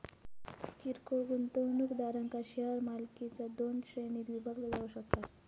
किरकोळ गुंतवणूकदारांक शेअर मालकीचा दोन श्रेणींत विभागला जाऊ शकता